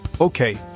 Okay